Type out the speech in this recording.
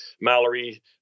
Mallory